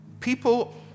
People